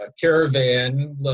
caravan